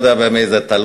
לא יודע במי זה תלוי,